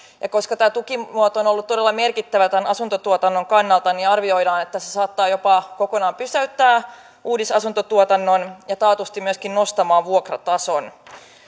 ja koska tämä tukimuoto on ollut todella merkittävä tämän asuntotuotannon kannalta niin arvioidaan että se saattaa jopa kokonaan pysäyttää uudisasuntotuotannon ja taatusti myöskin nostaa vuokratasoa